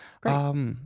Great